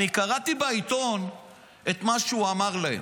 אני קראתי בעיתון את מה שהוא אמר להן.